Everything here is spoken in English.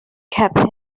kept